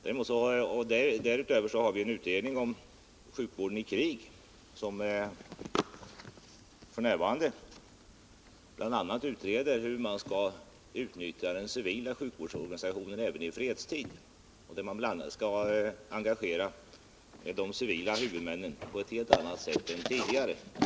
Därutöver finns det en utredning om sjukvården i krig som f. n. utreder bl.a. hur man skall utnyttja den civila sjukvårdsorganisationen även i krigstid och där man bl.a. skall engagera de civila huvudmännen på ett helt annat sätt än tidigare.